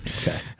Okay